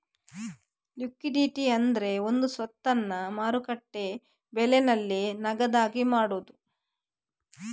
liquidity ಅಂದ್ರೆ ಒಂದು ಸ್ವತ್ತನ್ನ ಮಾರುಕಟ್ಟೆ ಬೆಲೆನಲ್ಲಿ ನಗದಾಗಿ ಮಾಡುದು